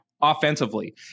offensively